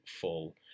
full